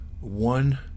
one